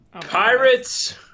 Pirates